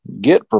get